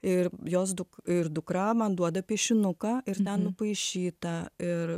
ir jos duk ir dukra man duoda piešinuką ir ten nupaišyta ir